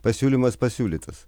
pasiūlymas pasiūlytas